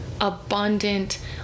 abundant